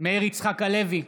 מאיר יצחק הלוי,